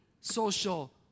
social